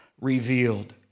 revealed